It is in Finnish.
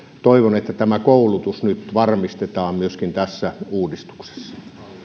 toivon että myöskin tämä koulutus nyt varmistetaan tässä uudistuksessa